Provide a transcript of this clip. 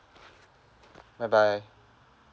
bye bye